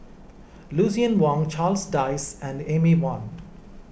Lucien Wang Charles Dyce and Amy Van